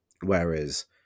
whereas